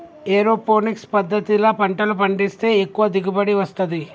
aeroponics పద్దతిల పంటలు పండిస్తే ఎక్కువ దిగుబడి వస్తది